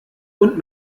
und